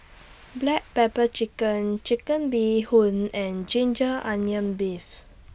Black Pepper Crab Chicken Bee Hoon and Ginger Onions Beef